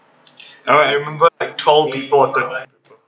uh I remember tall people at the